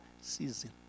season